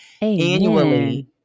annually